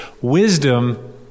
Wisdom